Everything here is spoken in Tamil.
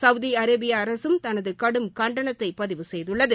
சவுதி அரேபிய அரசும் தனது கடும் கண்டனத்தை பதிவு செய்துள்ளது